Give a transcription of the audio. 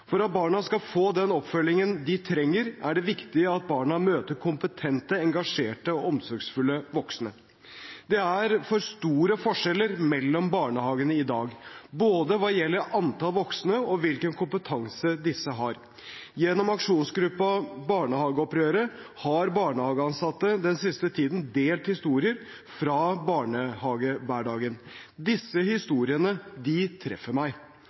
For at barna skal få den oppfølgingen de trenger, er det viktig at barna møter kompetente, engasjerte og omsorgsfulle voksne. Det er for store forskjeller mellom barnehagene i dag, både hva gjelder antall voksne, og hvilken kompetanse disse har. Gjennom aksjonsgruppen Barnehageopprør 2018 har barnehageansatte den siste tiden delt historier fra barnehagehverdagen. Disse historiene treffer meg,